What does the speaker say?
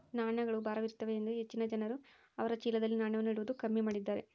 ನಾಣ್ಯಗಳು ಭಾರವಿರುತ್ತದೆಯೆಂದು ಹೆಚ್ಚಿನ ಜನರು ಅವರ ಚೀಲದಲ್ಲಿ ನಾಣ್ಯವನ್ನು ಇಡುವುದು ಕಮ್ಮಿ ಮಾಡಿದ್ದಾರೆ